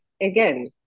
again